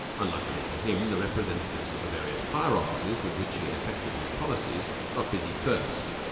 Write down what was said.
unluckily for him, the representatives of the various fire offices with which he had effected his policies got busy first.